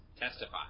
Testify